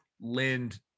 lind